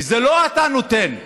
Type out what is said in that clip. ולא אתה נותן,